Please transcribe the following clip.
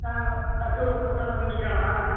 நான் அங்கே கீவளூர் பஸ் ஸ்டாண்டில் வந்து நிற்கிறேன் நான்